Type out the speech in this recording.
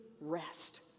rest